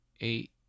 eight